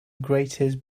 greatest